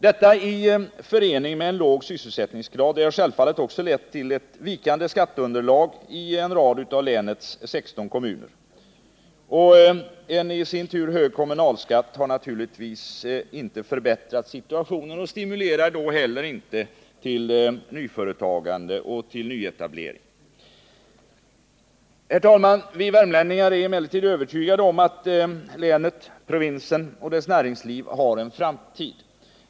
Detta i förening med en låg sysselsättningsgrad har självfallet också lett till ett vikande skatteunderlag i en rad av länets 16 kommuner. En i sin tur hög kommunalskatt har naturligtvis inte förbättrat situationen eller stimulerat till nyföretagande eller nyetablering. Herr talman! Vi värmlänningar är dock övertygade om att Värmland och dess näringsliv har en framtid.